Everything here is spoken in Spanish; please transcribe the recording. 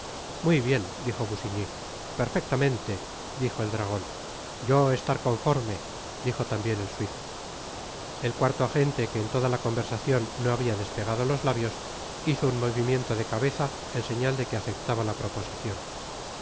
muy bien dijo busiñy perfectamente dijo el dragon li yo estar conforme dijo tambien el suizo el cuarto agente que en toda la conversacion no habia despegado los labios hizo un movimiento de cabeza en señal de que aceptaba la proposicion el